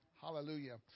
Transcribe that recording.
hallelujah